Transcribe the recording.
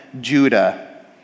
Judah